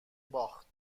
باخت